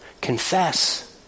Confess